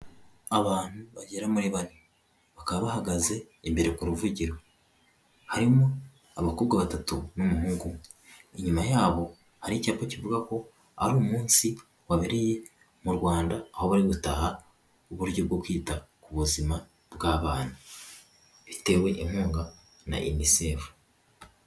Abantu bagera muri bane bakaba bahagaze imbere ku ruvugiro, harimo abakobwa batatu n'umuhungu inyuma yabo hari icyapa kivuga ko ari umunsi wabereye mu Rwanda aho bari gutaha uburyo bwo kwita ku buzima bw'abantu bitewe inkunga na inisefu.